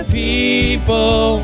people